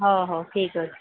ହଉ ହଉ ଠିକ୍ ଅଛି